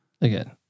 again